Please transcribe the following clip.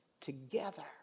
together